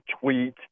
tweet